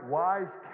wise